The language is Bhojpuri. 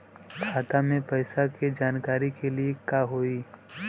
खाता मे पैसा के जानकारी के लिए का होई?